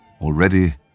Already